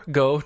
go